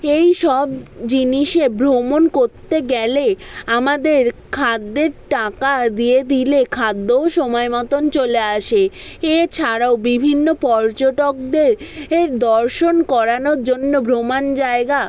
এইসব জিনিসে ভ্রমণ করতে গেলে আমাদের খাদ্যের টাকা দিয়ে দিলে খাদ্যও সময় মতন চলে আসে এছাড়াও বিভিন্ন পর্যটকদের এর দর্শন করানোর জন্য ভ্রমণ জায়গা